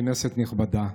כנסת נכבדה,